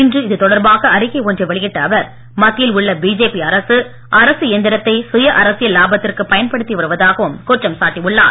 இன்று இது தொடர்பாக அறிக்கை ஒன்றை வெளியிட்ட அவர் மத்தியில் உள்ள பிஜேபி அரசு அரசு இயந்திரத்தை சுய அரசியல் இலாபத்திற்கு பயன்படுத்தி வருவதாகவும் குற்றம் சாட்டியுள்ளார்